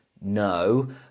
No